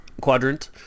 quadrant